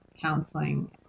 counseling